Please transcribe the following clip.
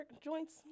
joints